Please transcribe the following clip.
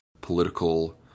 political